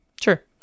Sure